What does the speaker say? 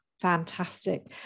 Fantastic